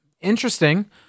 interesting